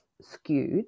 skewed